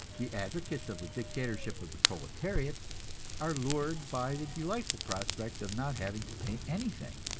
the advocates of the dictatorship of the proletariat are lured by the delightful prospect of not having to pay anything